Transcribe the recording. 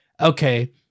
okay